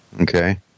Okay